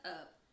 up